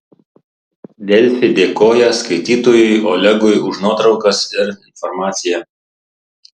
delfi dėkoja skaitytojui olegui už nuotraukas ir informaciją